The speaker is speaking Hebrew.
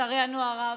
לצערנו הרב,